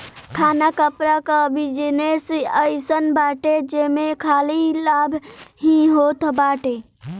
खाना कपड़ा कअ बिजनेस अइसन बाटे जेमे खाली लाभ ही होत बाटे